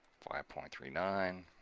five point three nine.